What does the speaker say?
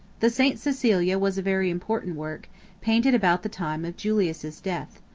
the st. cecilia was a very important work painted about the time of julius' death.